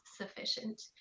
sufficient